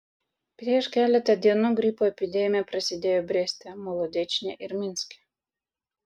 prieš keletą dienų gripo epidemija prasidėjo breste molodečne ir minske